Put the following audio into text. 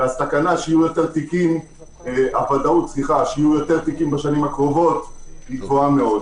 והוודאות שיהיו יותר תיקים בשנים הקרובות היא גבוהה מאוד.